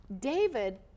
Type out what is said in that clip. David